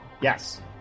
Yes